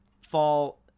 fall